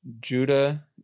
Judah